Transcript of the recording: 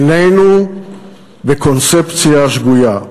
איננו בקונספציה שגויה?